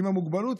עם המוגבלות,